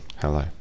Hello